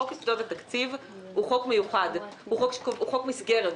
חוק יסודות התקציב הוא חוק מיוחד, הוא חוק מסגרת.